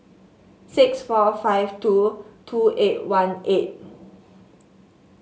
six four five two two eight one eight